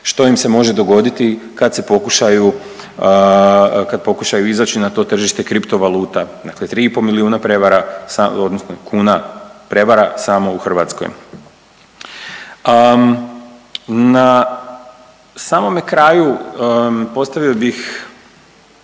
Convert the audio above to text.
što im se može dogoditi kad se pokušaju, kad pokušaju izaći na to tržište kriptovaluta. Dakle, 3,5 milijuna prevara odnosno kuna prevara samo u Hrvatskoj. Na samome kraju postavio bih,